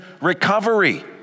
recovery